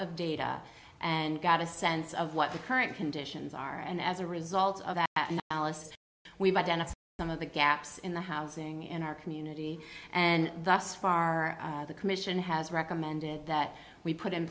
of data and got a sense of what the current conditions are and as a result of that we've identified some of the gaps in the housing in our community and thus far the commission has recommended that we put in